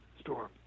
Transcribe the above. Storm